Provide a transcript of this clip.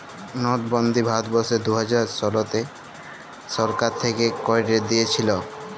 লটবল্দি ভারতবর্ষে দু হাজার শলতে সরকার থ্যাইকে ক্যাইরে দিঁইয়েছিল